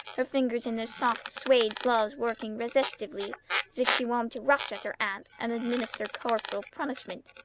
her fingers in their soft suede gloves working restively as if she wanted to rush at her aunt and administer corporal punishment.